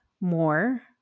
more